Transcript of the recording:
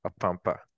Apampa